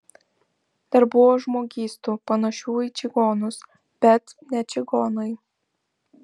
dar buvo žmogystų panašių į čigonus bet ne čigonai